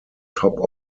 top